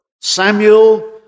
Samuel